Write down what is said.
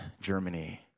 Germany